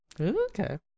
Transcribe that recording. okay